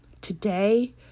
today